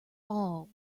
all